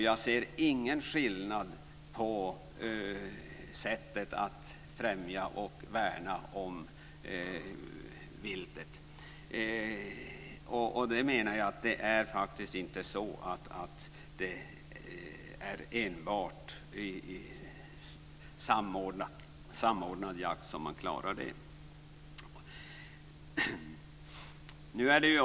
Jag ser ingen skillnad på sättet att främja och värna om viltet. Det är inte enbart inom samordnad jakt som man klarar det.